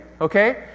okay